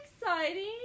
exciting